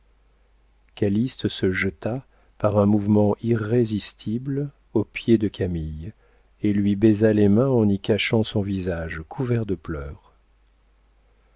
calyste se jeta par un mouvement irrésistible aux pieds de camille et lui baisa les mains en y cachant son visage couvert de pleurs